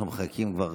אנחנו מחכים כבר